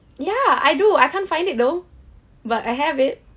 ya I do I can't find it though but I have it